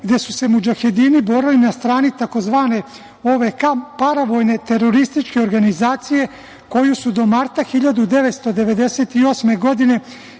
gde su se mudžahedini borili na strani tzv. OVK, paravojne terorističke organizacije koju su do marta 1998. godine